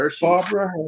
Barbara